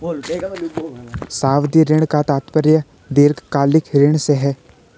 सावधि ऋण का तात्पर्य दीर्घकालिक ऋण से है